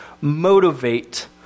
motivate